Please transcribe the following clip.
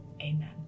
Amen